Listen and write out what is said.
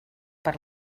per